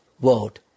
world